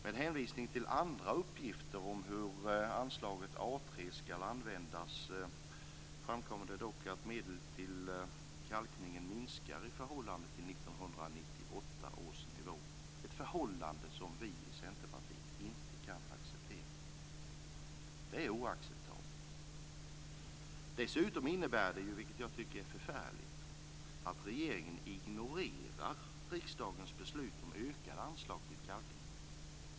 Med hänvisning till andra uppgifter om hur anslaget A 3 skall användas framkommer det dock att medlen till kalkning minskar i förhållande till 1998 års nivå, ett förhållande som vi i Centerpartiet inte kan acceptera. Det är oacceptabelt. Dessutom innebär det - vilket jag tycker är förfärligt - att regeringen ignorerar riksdagens beslut om ökade anslag till kalkning.